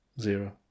Zero